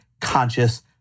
conscious